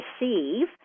receive